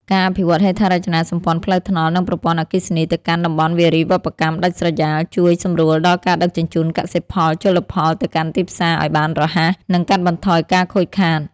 ការអភិវឌ្ឍហេដ្ឋារចនាសម្ព័ន្ធផ្លូវថ្នល់ និងប្រព័ន្ធអគ្គិសនីទៅកាន់តំបន់វារីវប្បកម្មដាច់ស្រយាល ជួយសម្រួលដល់ការដឹកជញ្ជូនកសិផលជលផលទៅកាន់ទីផ្សារឱ្យបានរហ័ស និងកាត់បន្ថយការខូចខាត។